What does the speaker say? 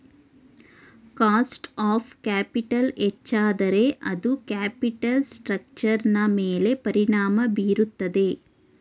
cost of capital ಹೆಚ್ಚಾದರೆ ಅದು capital ಸ್ಟ್ರಕ್ಚರ್ನ ಮೇಲೆ ಪರಿಣಾಮ ಬೀರುತ್ತದೆ